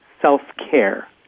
self-care